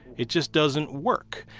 it just doesn't work.